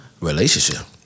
Relationship